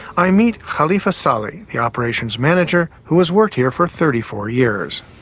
i meet khalifa sahli, the operations manager who has worked here for thirty four years.